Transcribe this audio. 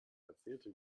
erzählte